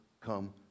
come